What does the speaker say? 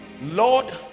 lord